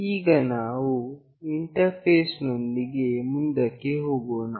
ಈಗ ನಾವು ಇಂಟರ್ಫೇಸಿಂಗ್ ನೊಂದಿಗೆ ಮುಂದಕ್ಕೆ ಹೋಗೋಣ